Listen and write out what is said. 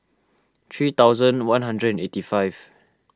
three thousand one hundred and eighty five